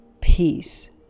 peace